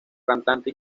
cantante